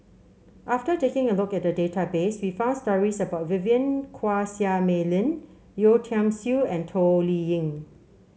after taking a look at the database we found stories about Vivien Quahe Seah Mei Lin Yeo Tiam Siew and Toh Liying